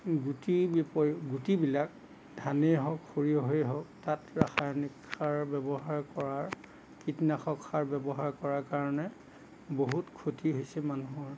গুটিৰ বিপ গুটিবিলাক ধানেই হওক সৰিয়হে হওক তাত ৰাসায়নিক সাৰ ব্যৱহাৰ কৰাৰ কীটনাশক সাৰ ব্যৱহাৰ কৰাৰ কাৰণে বহুত ক্ষতি হৈছে মানুহৰ